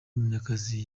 munyakazi